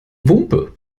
wumpe